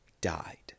died